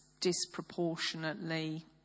disproportionately